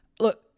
look